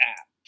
app